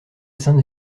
sainte